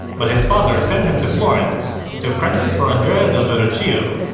but his father sent him to florence to apprentice for andrea del verrocchio.